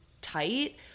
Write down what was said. tight